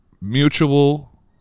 Mutual